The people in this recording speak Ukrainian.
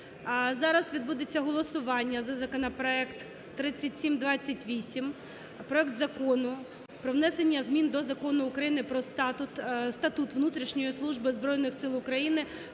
зараз відбудеться голосування за законопроект 3728. Проект Закону про внесення змін до Закону України "Про Статут внутрішньої служби Збройних Сил України"